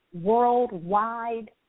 worldwide